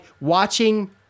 watching